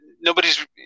nobody's